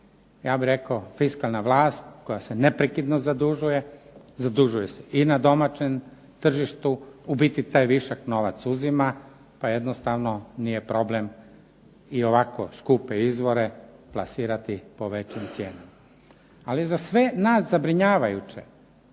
ja bih rekao fiskalna vlast koja se neprekidno zadužuje, zadužuje se i na domaćem tržištu, u biti taj višak novac uzima pa jednostavno nije problem i ovako skupe izvore plasirati po većoj cijeni. Ali za sve nas zabrinjavajuće